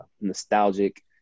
nostalgic